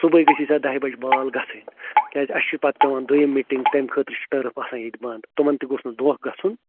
صُبحٲے گٔژھی ژےٚ دَہہِ بَجہِ بال گژھٕنۍ کیٛازِ اَسہِ چھُے پَتہٕ پٮ۪وان دۄیِم مِٹِنٛگ تَمہِ خٲطرٕ چھِ ٹٔرٕف آسان ییٚتہِ بنٛد تِمَن تہٕ گوٚژھ نہٕ دھونٛکہٕ گژھُن